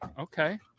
Okay